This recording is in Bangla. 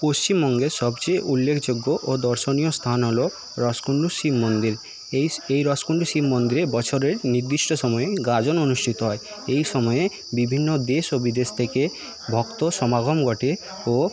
পশ্চিমবঙ্গের সবচেয়ে উল্লেখযোগ্য ও দর্শনীয় স্থান হলো রসকুন্ডু শিব মন্দির এই এই রসকুন্ডু শিব মন্দিরে বছরের নির্দিষ্ট সময়ে গাজন অনুষ্ঠিত হয় এই সময় বিভিন্ন দেশ ও বিদেশ থেকে ভক্ত সমাগম ঘটে ও